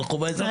חובה אזרחית.